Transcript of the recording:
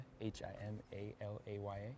H-I-M-A-L-A-Y-A